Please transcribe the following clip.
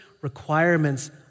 requirements